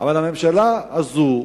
אבל הממשלה הזאת,